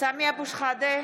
סמי אבו שחאדה,